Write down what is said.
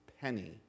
penny